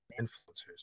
influencers